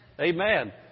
Amen